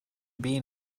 bean